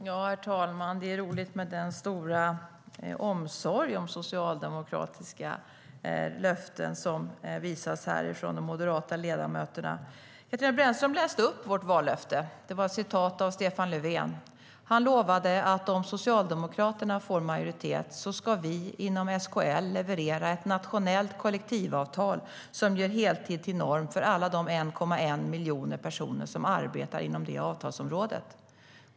Herr talman! Det är roligt med den stora omsorg om socialdemokratiska löften som visas här från de moderata ledamöterna. Katarina Brännström läste upp vårt vallöfte. Det var ett citat av Stefan Löfven. Han lovade att om Socialdemokraterna fick majoritet skulle vi inom SKL leverera ett nationellt kollektivavtal som gör heltid till norm för alla de 1,1 miljoner personer som arbetar inom det avtalsområdet.